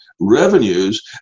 revenues